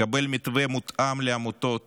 יקבל מתווה מותאם לעמותות